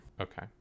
Okay